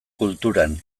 kulturan